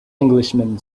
englishman